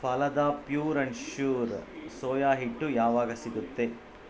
Phalada pure and sure soya ಹಿಟ್ಟು ಯಾವಾಗ ಸಿಗುತ್ತೆ